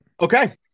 Okay